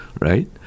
right